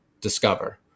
discover